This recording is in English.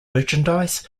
merchandise